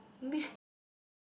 which condo